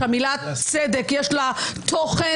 והמילה צדק יש לה תוכן.